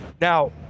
Now